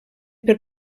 per